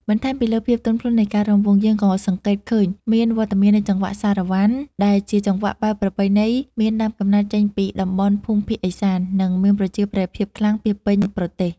បន្ថែមពីលើភាពទន់ភ្លន់នៃការរាំវង់ យើងក៏សង្កេតឃើញមានវត្តមាននៃចង្វាក់សារ៉ាវ៉ាន់ ដែលជាចង្វាក់បែបប្រពៃណីមានដើមកំណើតចេញពីតំបន់ភូមិភាគឦសាន និងមានប្រជាប្រិយភាពខ្លាំងពាសពេញប្រទេស។